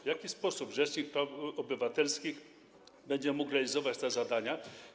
W jaki sposób rzecznik praw obywatelskich będzie mógł realizować te zadania?